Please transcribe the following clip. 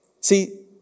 See